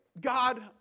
God